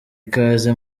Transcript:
ikaze